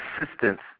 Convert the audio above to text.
assistance